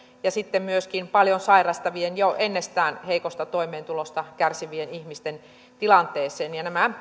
ja sitten myöskin paljon sairastavien jo ennestään heikosta toimeentulosta kärsivien ihmisten tilanteeseen